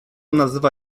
nazywa